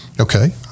okay